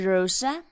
Rosa